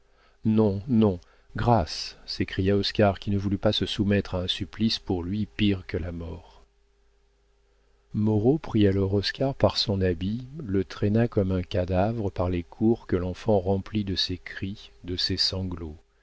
non non grâce s'écria oscar qui ne voulut pas se soumettre à un supplice pour lui pire que la mort moreau prit alors oscar par son habit le traîna comme un cadavre par les cours que l'enfant remplit de ses cris de ses sanglots